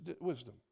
wisdom